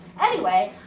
anyway,